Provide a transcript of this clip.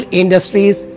industries